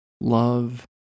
Love